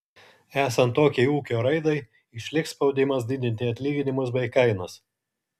esant tokiai ūkio raidai išliks spaudimas didinti atlyginimus bei kainas